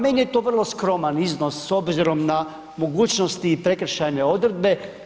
Meni je to vrlo skroman iznos s obzirom na mogućnosti i prekršajne odredbe.